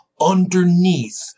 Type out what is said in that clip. underneath